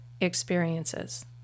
experiences